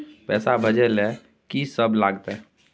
पैसा भेजै ल की सब लगतै?